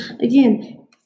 again